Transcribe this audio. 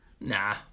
Nah